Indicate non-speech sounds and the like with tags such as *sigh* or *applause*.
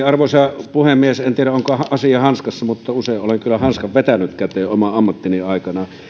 *unintelligible* arvoisa puhemies en tiedä onko asia hanskassa mutta usein olen kyllä hanskan vetänyt käteen oman ammattini aikana